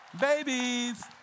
Babies